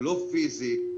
לא פיזית,